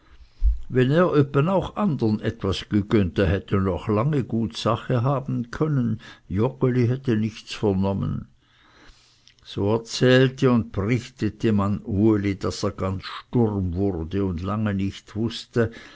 wenn er öppe auch andern etwas gegönnt er hätte noch lange gut sach haben können joggeli hätte nichts vernommen so er zählte und brichtete man uli daß er ganz sturm wurde und lange nicht wußte